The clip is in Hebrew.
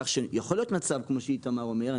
כך שיכול להיות מצב, כמו שאיתמר אומר,